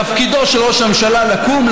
תפקידו של ראש הממשלה לקום,